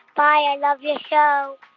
bye. i love your show